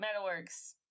Metalworks